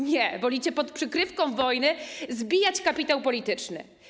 Nie, wolicie pod przykrywką wojny zbijać kapitał polityczny.